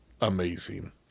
amazing